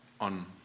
on